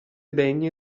degne